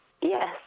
Yes